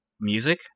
music